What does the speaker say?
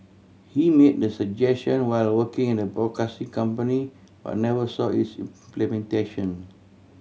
he made the suggestion while working in the broadcasting company but never saw its implementation